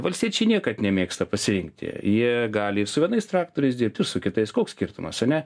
valstiečiai niekad nemėgsta pasirinkti jie gali su vienais traktoriais dirbt ir su kitais koks skirtumas ane